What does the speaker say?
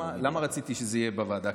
למה רציתי שזה יהיה בוועדה?